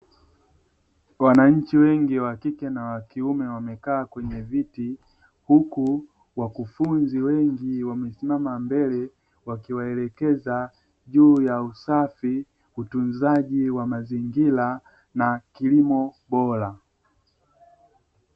Wananchi wengi wa kike na wa kiume wamekaa kwenye viti, huku wakufunzi wengi wamesimama mbele wakiwaelekeza juu ya usafi, utunzaji wa mazingira na kilimo bora.